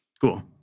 cool